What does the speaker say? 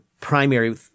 primary